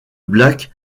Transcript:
black